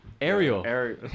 Ariel